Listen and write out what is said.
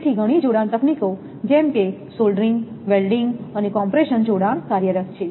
તેથી ઘણી જોડાણ તકનીકો જેમ કે સોલ્ડરિંગ વેલ્ડીંગ અને કોમ્પ્રેશન જોડાણ કાર્યરત છે